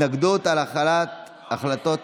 אני הצבעתי בעד, אחת, אחת.